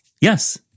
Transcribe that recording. Yes